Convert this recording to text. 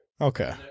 Okay